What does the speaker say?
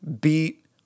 beat